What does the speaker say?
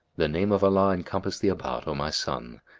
the name of allah encompass thee about, o my son,